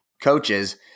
coaches